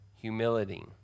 humility